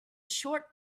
short